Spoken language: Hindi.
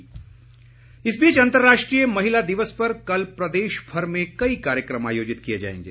महिला दिवस इस बीच अंतर्राष्ट्रीय महिला दिवस पर कल प्रदेश भर में कई कार्यक्रम आयोजित किए जाएंगे